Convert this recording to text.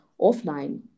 offline